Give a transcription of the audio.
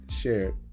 shared